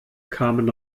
kamen